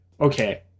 Okay